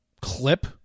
clip